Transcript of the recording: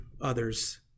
others